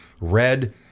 red